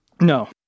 No